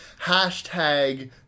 Hashtag